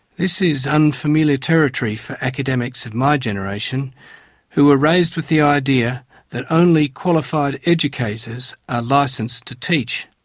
this is unfamiliar territory for academics of my generation who were raised with the idea that only qualified educators are licensed to teach.